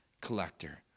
collector